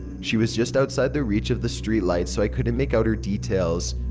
she was just outside the reach of the street lights so i couldn't make out her details.